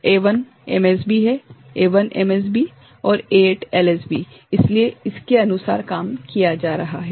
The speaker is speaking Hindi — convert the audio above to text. स्लाइड समय देखें 2604 A1 MSB है A1 MSB है और A8 LSB है इसलिए इसके अनुसार काम किया जा रहा है